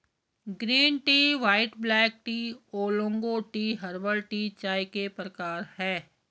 green tea white black tea oolong tea herbal tea चाय के प्रकार है